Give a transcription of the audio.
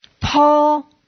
Paul